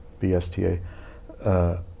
BSTA